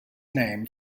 name